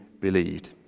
believed